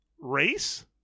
race